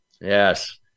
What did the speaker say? Yes